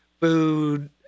food